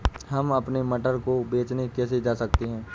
हम अपने मटर को बेचने कैसे जा सकते हैं?